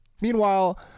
Meanwhile